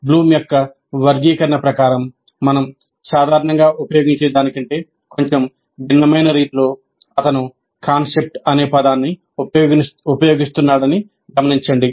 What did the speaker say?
Bloom యొక్క వర్గీకరణ ప్రకారం మనం సాధారణంగా ఉపయోగించే దానికంటే కొంచెం భిన్నమైన రీతిలో అతను "కాన్సెప్ట్" అనే పదాన్ని ఉపయోగిస్తున్నాడని గమనించండి